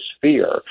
fear